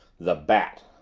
the bat!